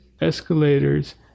escalators